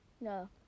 No